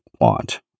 want